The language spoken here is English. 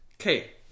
Okay